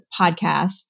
podcast